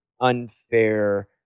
unfair